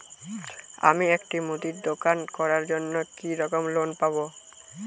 আমি একটি মুদির দোকান করার জন্য কি রকম লোন পাব?